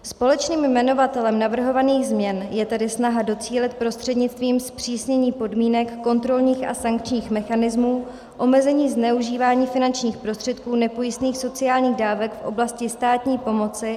Společným jmenovatelem navrhovaných změn je tedy snaha docílit prostřednictvím zpřísnění podmínek kontrolních a sankčních mechanismů omezení zneužívání finančních prostředků nepojistných sociálních dávek v oblasti státní pomoci v hmotné nouzi.